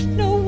no